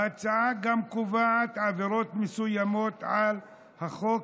ההצעה גם קובעת עבירות מסוימות על החוק